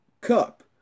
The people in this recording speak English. cup